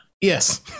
yes